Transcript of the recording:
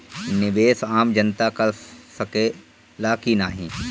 निवेस आम जनता कर सकेला की नाहीं?